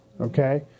Okay